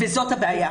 וזאת הבעיה.